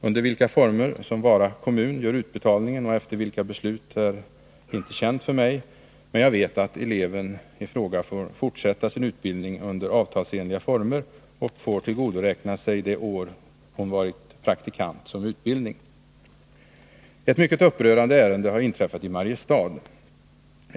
Under vilka former som kommunen, Vara kommun, gör utbetalningen och efter vilka beslut det sker är inte känt för mig, men jag vet att eleven i fråga får fortsätta sin utbildning under avtalsenliga former och tillgodoräkna sig det år hon varit ”praktikant” som utbildning. En mycket upprörande händelse har inträffat i Mariestad.